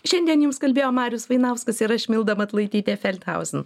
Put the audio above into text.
šiandien jums kalbėjo marius vainauskas ir aš milda matulaitytė feldhausen